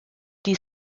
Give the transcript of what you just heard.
die